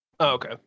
Okay